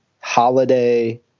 Holiday